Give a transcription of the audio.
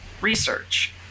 research